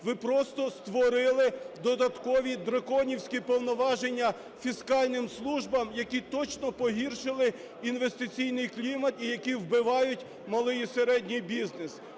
Ви просто створили додаткові драконівські повноваження фіскальним службам, які точно погіршили інвестиційний клімат і які вбивають малий і середній бізнес.